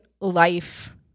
life